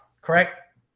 correct